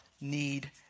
need